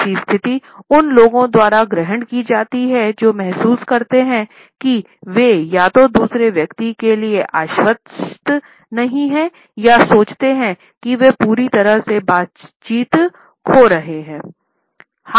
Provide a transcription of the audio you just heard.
ऐसी स्थिति उन लोगों द्वारा ग्रहण की जाती है जो महसूस करते हैं कि वे या तो दूसरे व्यक्ति के लिए आश्वस्त नहीं हैं या सोचते हैं कि वे पूरी तरह से बातचीत खो रहे हैं